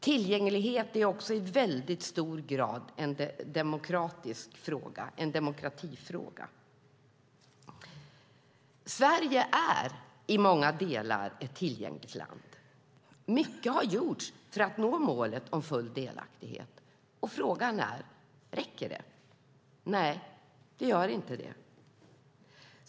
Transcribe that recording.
Tillgänglighet är också i hög grad en demokratifråga. Sverige är i många delar ett tillgängligt land. Mycket har gjorts för att nå målet full delaktighet. Frågan är om det räcker. Nej, det gör inte det.